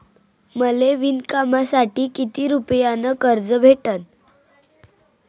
मले विणकामासाठी किती रुपयानं कर्ज भेटन?